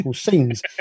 scenes